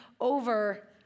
over